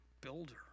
builder